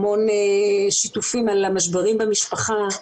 המון שיתופים על המשברים במשפחה,